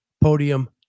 Podium